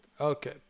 Okay